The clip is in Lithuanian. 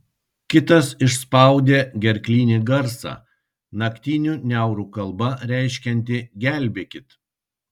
kitas išspaudė gerklinį garsą naktinių niaurų kalba reiškiantį gelbėkit